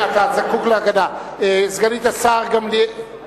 סגנית השר גמליאל.